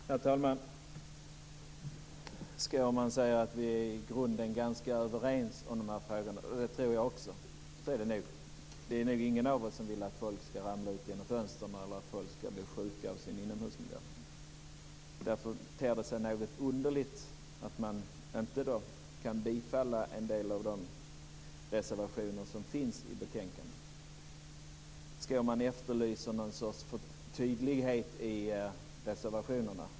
Herr talman! Skårman säger att vi i grunden är ganska överens om de här frågorna, och det tror jag också. Det är nog ingen av oss som vill att folk ska ramla ut genom fönstret eller bli sjuka i sin inomhusmiljö. Därför ter det sig något underligt att man inte kan bifalla en del av de reservationer som finns i betänkandet. Skårman efterlyser någon sorts tydlighet i reservationerna.